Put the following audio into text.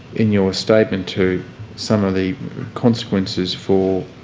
in your statement to some of the consequences for